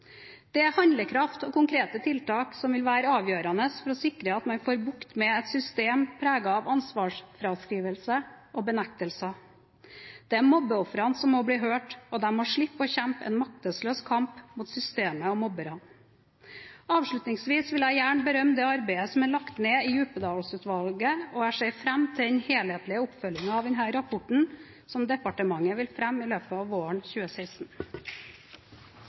Det er handlekraft og konkrete tiltak som vil være avgjørende for å sikre at man får bukt med et system preget av ansvarsfraskrivelse og benektelser. Det er mobbeofrene som må bli hørt, og de må slippe å kjempe en maktesløs kamp mot systemet og mobberne. Avslutningsvis vil jeg gjerne berømme det arbeidet som er lagt ned i Djupedal-utvalget, og jeg ser fram til den helhetlige oppfølgingen av denne rapporten, som departementet vil fremme i løpet av våren 2016.